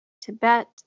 Tibet